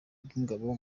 bw’ingabo